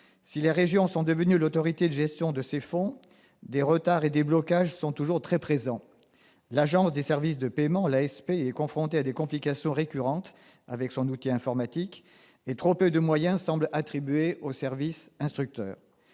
conseils régionaux sont devenus l'autorité de gestion de ces fonds, des retards et des blocages sont toujours très présents. L'Agence des services de paiement, l'ASP, est confrontée à des complications récurrentes, en particulier du fait de son outil informatique, et trop peu de moyens semblent attribués aux services instructeurs.